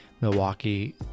Milwaukee